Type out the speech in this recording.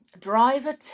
driver